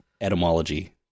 etymology